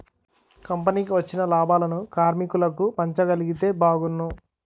కంపెనీకి వచ్చిన లాభాలను కార్మికులకు పంచగలిగితే బాగున్ను